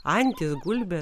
antys gulbė